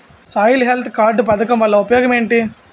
Soil health card పథకం వల్ల ఉపయోగం ఏంటి?